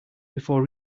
before